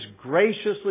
graciously